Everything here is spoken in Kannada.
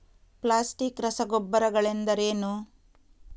ಪ್ಲಾಸ್ಟಿಕ್ ರಸಗೊಬ್ಬರಗಳೆಂದರೇನು?